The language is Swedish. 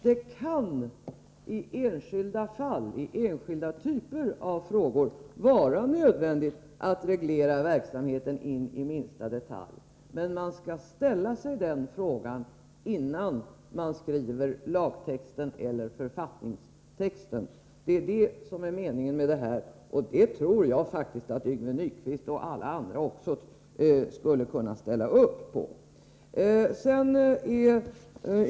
Det kan i enskilda typer av frågor vara nödvändigt att reglera verksamheten in i minsta detalj, men man skall ställa sig den här frågan innan man skriver lagtexten eller författningstexten. Det är det som är meningen, och det tror jag faktiskt att Yngve Nyquist och alla andra skulle kunna ställa upp på.